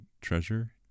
treasure